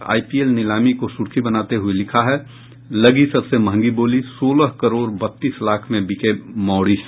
IPL नीलामी को सुर्खी बनाते हुये लिखा है लगी सबसे महंगी बोली सोलह करोड़ बत्तीस लाख में बिके मौरिस